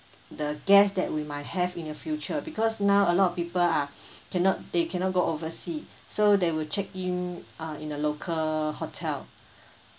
the guest that we might have in the future because now a lot of people are cannot they cannot go oversea so they will check in uh in the local hotel